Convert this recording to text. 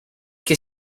che